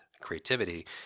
creativity